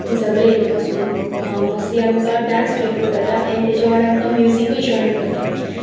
सगळे हातून so mostly आमकां डांस प्रिफर करता एण्ड ताजे वांगडा म्युजिकूय ज्योयन करता